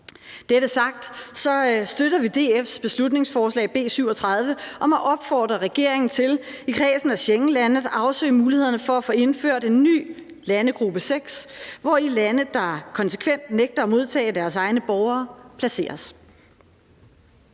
Dette sagt, så støtter vi DF's beslutningsforslag, B 37, om at opfordre regeringen til i kredsen af Schengenlande at afsøge mulighederne for at få indført en ny landegruppe 6, hvori lande, der konsekvent nægter at modtage deres egne borgere, placeres.